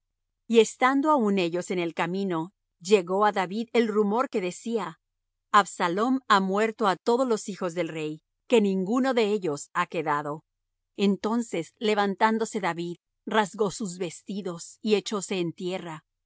y estando aún ellos en el camino llegó á david el rumor que decía absalom ha muerto á todos los hijos del rey que ninguno de ellos ha quedado entonces levantándose david rasgó sus vestidos y echóse en tierra